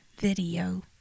video